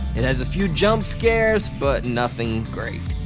it has a few jump-scares, but nothing great.